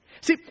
See